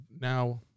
now